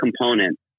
component